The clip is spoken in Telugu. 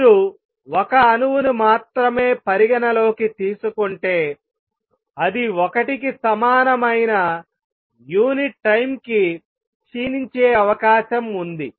మీరు 1 అణువును మాత్రమే పరిగణనలోకి తీసుకుంటే అది 1 కి సమానమైన యూనిట్ టైం కి క్షీణించే అవకాశం ఉంది